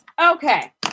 Okay